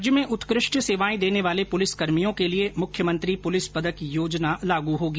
प्रदेश में उत्कृष्ट सेवाएं देने वाले पुलिसकर्मियों के लिए मुख्यमंत्री पुलिस पदक योजना लागू होगी